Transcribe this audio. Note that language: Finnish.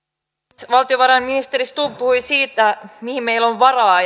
puhemies valtiovarainministeri stubb puhui siitä mihin meillä on varaa